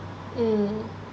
uh